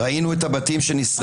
ראינו את הבתים שנשרפו לחלוטין.